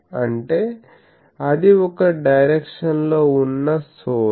అంటే అది ఒక డైరక్షన్ లో ఉన్న సోర్స్